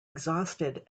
exhausted